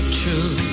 true